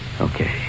Okay